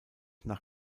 nach